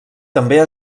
també